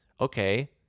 Okay